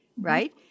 right